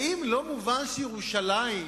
האם לא מובן שירושלים,